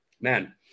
man